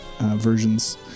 versions